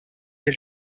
elle